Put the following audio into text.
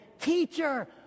teacher